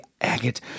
Agate